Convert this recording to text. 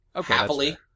happily